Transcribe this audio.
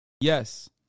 Yes